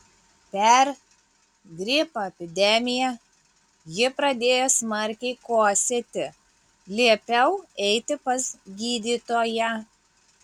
per gripo epidemiją ji pradėjo smarkiai kosėti liepiau eiti pas gydytoją